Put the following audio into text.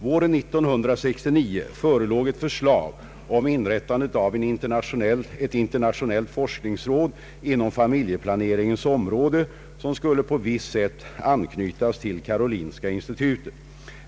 Våren 1969 förelåg ett förslag om inrättande av ett internationellt forskningsråd inom = familjeplaneringens område, som skulle på visst sätt anknytas till Karolinska institutet.